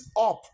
up